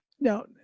now